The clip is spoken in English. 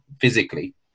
physically